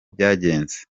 byagenze